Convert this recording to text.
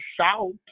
Shout